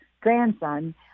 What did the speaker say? grandson